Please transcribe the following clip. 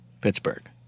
Pittsburgh